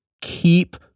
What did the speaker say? Keep